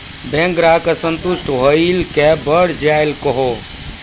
Bank ग्राहक के संतुष्ट होयिल के बढ़ जायल कहो?